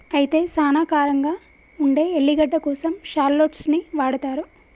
అయితే సానా కారంగా ఉండే ఎల్లిగడ్డ కోసం షాల్లోట్స్ ని వాడతారు